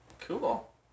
Cool